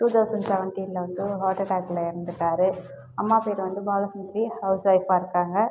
to thousand செவண்டினில் வந்து ஹார்ட்டாக்கில இறந்துட்டார் அம்மா பேர் வந்து பாலசுந்தரி ஹவுஸ் ஒய்ஃப்பாக இருக்காங்க